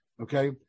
Okay